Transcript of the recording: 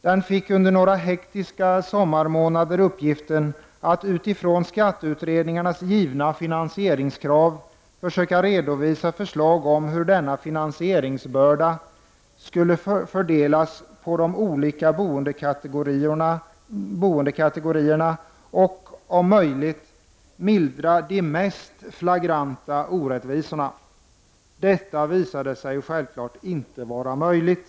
Den fick uppgiften, att utifrån skatteutredningarnas givna finansieringskrav efter några hektiska sommarmånader redovisa förslag om hur denna finansieringsbörda skulle fördelas på de olika boendekategorierna och om hur de mest flagranta orättvisorna om möjligt skulle mildras. Detta visade sig självfallet inte vara möjligt.